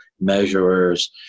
measurers